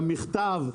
המכתב,